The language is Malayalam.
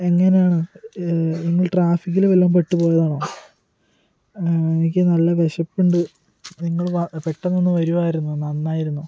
എങ്ങനെയാണ് ഇനി ട്രാഫിക്കിൽ വല്ലതും പെട്ട് പോയതാണോ എനിക്ക് നല്ല വിശപ്പുണ്ട് നിങ്ങൾ പെട്ടെന്നൊന്ന് വരുമായിരുന്നു നന്നായിരുന്നു